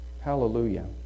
hallelujah